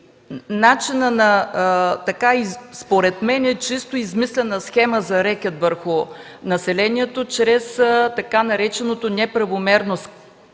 начина на една, според мен, чисто измислена схема, за рекет върху населението чрез така нареченото „неправомерно